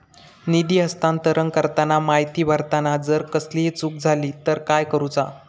निधी हस्तांतरण करताना माहिती भरताना जर कसलीय चूक जाली तर काय करूचा?